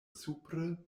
supre